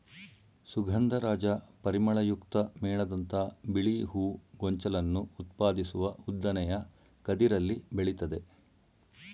ಸುಗಂಧರಾಜ ಪರಿಮಳಯುಕ್ತ ಮೇಣದಂಥ ಬಿಳಿ ಹೂ ಗೊಂಚಲನ್ನು ಉತ್ಪಾದಿಸುವ ಉದ್ದನೆಯ ಕದಿರಲ್ಲಿ ಬೆಳಿತದೆ